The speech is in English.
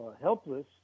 helpless